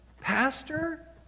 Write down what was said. pastor